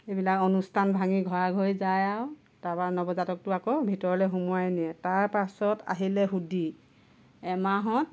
এইবিলাক অনুষ্ঠান ভাঙি ঘৰা ঘৰি যায় আৰু তাৰ পৰা নৱজাতকটো আকৌ ভিতৰলৈ সোমাৱাই নিয়ে তাৰ পাছত আহিলে শুদ্ধি এমাহত